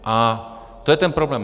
A to je ten problém.